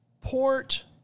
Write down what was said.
Port